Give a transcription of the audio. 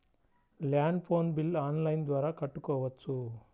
Land phone bill online ద్వారా కట్టుకోవచ్చు?